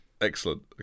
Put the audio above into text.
Excellent